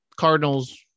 Cardinals